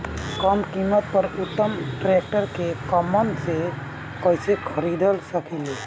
कम कीमत पर उत्तम ट्रैक्टर ई कॉमर्स से कइसे खरीद सकिले?